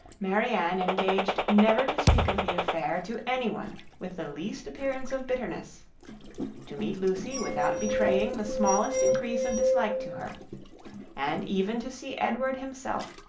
marianne engaged never to speak of the affair to any one with the least appearance of bitterness to meet lucy without betraying the smallest increase of dislike to her and even to see edward himself,